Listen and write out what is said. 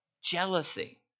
jealousy